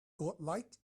godlike